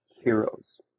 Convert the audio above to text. heroes